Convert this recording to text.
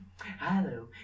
hello